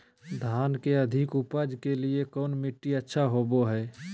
धान के अधिक उपज के लिऐ कौन मट्टी अच्छा होबो है?